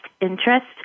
interest